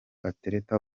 atereta